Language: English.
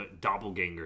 doppelganger